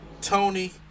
Tony